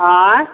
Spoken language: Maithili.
आँय